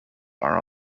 are